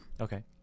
okay